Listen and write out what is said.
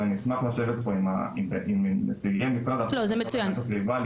ואני אשמח לשבת פה עם נציגי משרד החוץ והגנת הסביבה,